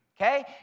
okay